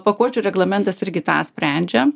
pakuočių reglamentas irgi tą sprendžia